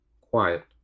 Quiet